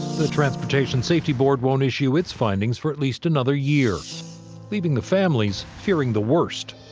the transportation safety board won't issue its findings for at least another year leaving the families fearing the worst.